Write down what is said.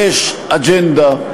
יש אג'נדה,